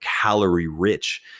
calorie-rich